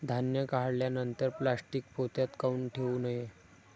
धान्य काढल्यानंतर प्लॅस्टीक पोत्यात काऊन ठेवू नये?